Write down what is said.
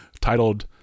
titled